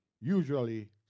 usually